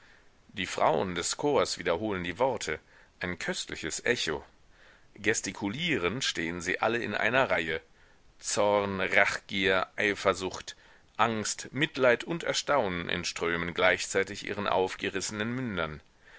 die frauen des chors wiederholen die worte ein köstliches echo gestikulierend stehen sie alle in einer reihe zorn rachgier eifersucht angst mitleid und erstaunen entströmen gleichzeitig ihren aufgerissenen mündern